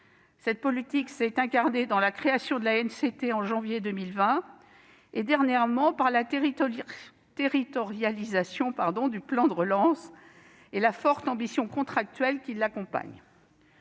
Cette politique s'est incarnée dans la création de l'ANCT en janvier 2020 et, dernièrement, par la territorialisation du plan de relance et la forte ambition contractuelle qui l'accompagne.